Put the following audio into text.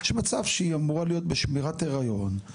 יש מצב שהיא אמורה להיות בשמירת הריון,